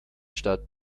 stadt